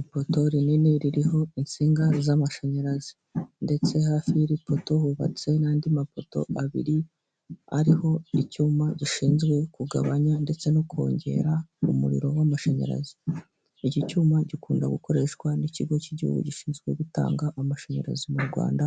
Ipoto rinini ririho insinga z'amashanyarazi ndetse hafi y'iri poto hubatswe n'andi mapoto abiri ariho icyuma gishinzwe kugabanya ndetse no kongera umuriro w'amashanyarazi, iki cyuma gikunda gukoreshwa n'ikigo cy'igihugu gishinzwe gutanga amashanyarazi mu Rwanda